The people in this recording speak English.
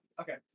Okay